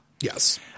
yes